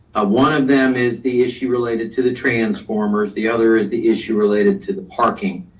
ah one of them is the issue related to the transformers. the other is the issue related to the parking.